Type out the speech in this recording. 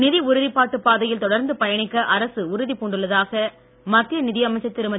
நிதி உறுதிப்பாட்டுப் பாதையில் தொடர்நது பயணிக்க அரசு உறுதிபூண்டுள்ளதாக மத்திய நிதியமைச்சர் திருமதி